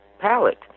palette